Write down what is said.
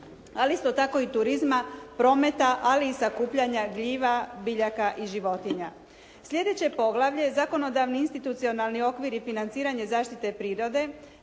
ali isto tako i turizma, prometa ali i sakupljanja gljiva, biljaka i životinja. Sljedeće je poglavlje, zakonodavni i institucionalni okvir i financiranje zaštite prirode